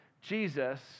Jesus